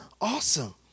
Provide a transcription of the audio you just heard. awesome